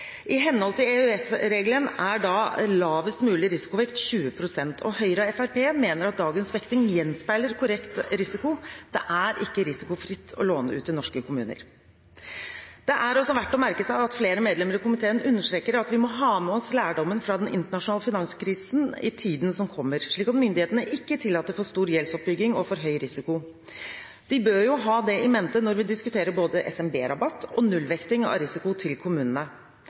I henhold til EØS-reglene er da lavest mulig risikovekt 20 pst., og Høyre og Fremskrittspartiet mener at dagens vekting gjenspeiler korrekt risiko. Det er ikke risikofritt å låne ut til norske kommuner. Det er også verdt å merke seg at flere medlemmer i komiteen understreker at vi må ha med oss lærdommen fra den internasjonale finanskrisen i tiden som kommer, slik at myndighetene ikke tillater for stor gjeldsoppbygging og for høy risiko. De bør ha det i mente når vi diskuterer både SMB-rabatt og 0-vekting av risiko til kommunene.